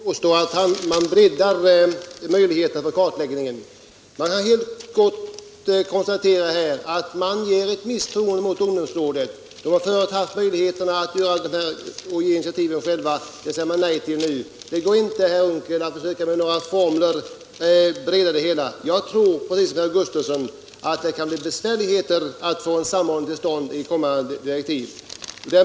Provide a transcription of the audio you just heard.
Herr talman! Jag tycker också att herr Unckel gör det lätt för sig när han påstår att man breddar möjligheterna till en kartläggning. Jag kan helt kort konstatera att detta är uttryck för ett misstroende mot ungdomsrådet. Det har förut haft möjligheter att självt ta initiativ. Det säger man nu nej till. Det går inte att bredda det hela med några formler, herr Unckel! Jag tror, precis som herr Gustavsson i Nässjö, att det kan bli besvärligt att få till stånd en samordning i kommande direktiv.